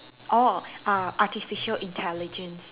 orh uh artificial intelligence